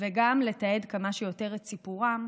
וגם לתעד כמה שיותר את סיפורם,